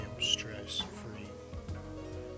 stress-free